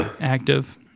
active